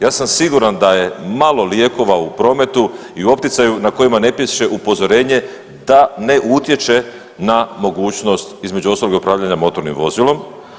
Ja sam siguran da je malo lijekova u prometu i u opticaju na kojima ne piše upozorenje da ne utječe na mogućnost između ostalog i upravljanja motornim vozilom.